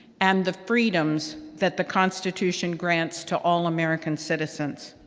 and the freedoms that the constitution grants to all american citizens.